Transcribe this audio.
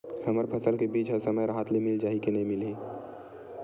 हमर फसल के बीज ह समय राहत ले मिल जाही के नी मिलही?